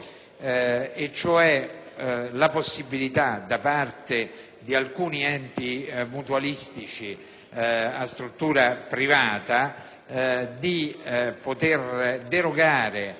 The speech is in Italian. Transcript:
cioè la possibilità da parte di alcuni enti mutualistici a struttura privata di poter derogare